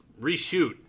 reshoot